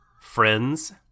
friends